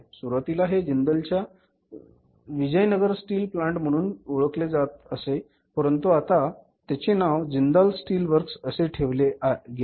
सुरुवातीला हे जिंदलच्या विजयनगर स्टील प्लांट म्हणून ओळखले जात असे परंतु आता त्याचे नाव जिंदाल स्टील वर्क्स असे ठेवले गेले